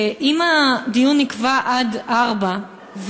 אם הדיון נקבע עד 16:00,